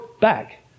back